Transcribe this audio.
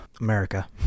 America